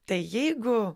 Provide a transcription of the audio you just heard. tai jeigu